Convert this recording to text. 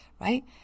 right